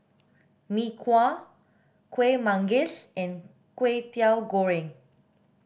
mee kuah kuih manggis and kway teow goreng